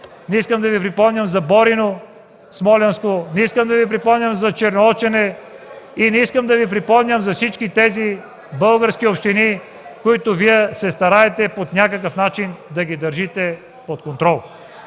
не искам да Ви припомням за Борино – Смолянско, не искам да Ви припомням за Черноочене, не искам да Ви припомням за всички тези български общини, които Вие се стараете по някакъв начин да държите под контрол.